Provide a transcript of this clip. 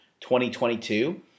2022